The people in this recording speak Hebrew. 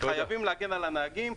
חייבים להגן על הנהגים.